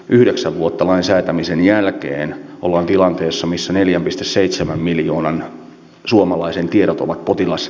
yhdeksän vuotta lain säätämisen jälkeen ollaan tilanteessa missä neljä piste seitsemän miljoonan suomalaisen tiedot ovat kiitos